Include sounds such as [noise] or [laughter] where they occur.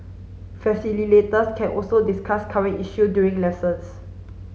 [unintelligible] can also discuss current issue during lessons